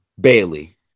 bailey